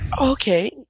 okay